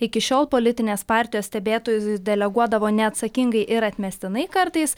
iki šiol politinės partijos stebėtojus deleguodavo neatsakingai ir atmestinai kartais